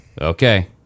Okay